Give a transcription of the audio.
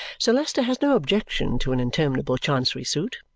sir leicester has no objection to an interminable chancery suit.